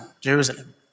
Jerusalem